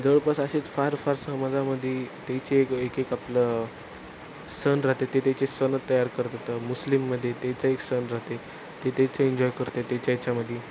जवळपास असेच फार फार समाजामध्ये त्याचे एक एक एक आपलं सण राहते ते त्याचे सण तयार करतात मुस्लिममध्ये त्याचं एक सण राहते ते त्याचं एन्जॉय करते त्याच्या ह्याच्यामध्ये